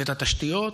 את התשתיות,